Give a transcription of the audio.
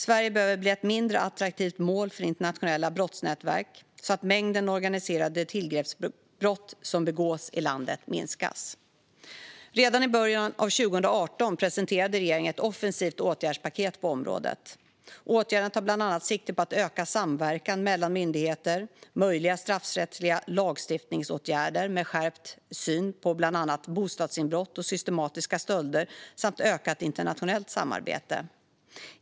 Sverige behöver bli ett mindre attraktivt mål för internationella brottsnätverk så att mängden organiserade tillgreppsbrott som begås i landet minskas. Redan i början av 2018 presenterade regeringen ett offensivt åtgärdspaket på området. Åtgärderna tar bland annat sikte på ökad samverkan mellan myndigheter, möjliga straffrättsliga lagstiftningsåtgärder med en skärpt syn på bland annat bostadsinbrott och systematiska stölder samt ett ökat internationellt samarbete.